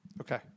Okay